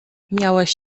miałeś